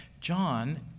John